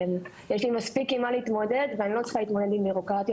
יש לי מספיק עם מה להתמודד ואני לא צריכה להתמודד עם בירוקרטיות